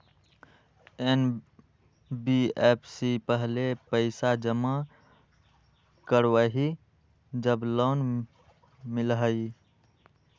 NBFC पहले पईसा जमा करवहई जब लोन मिलहई?